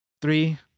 Three